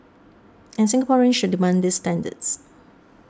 and Singaporeans should demand these standards